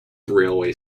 railway